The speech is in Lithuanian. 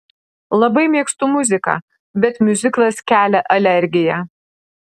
labai mėgstu muziką bet miuziklas kelia alergiją